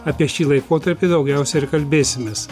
apie šį laikotarpį daugiausiai ir kalbėsimės